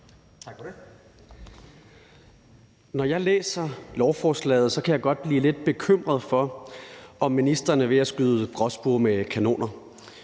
Når jeg læser lovforslaget, kan jeg godt blive lidt bekymret for, om ministeren er ved at skyde gråspurve med kanoner.